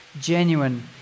genuine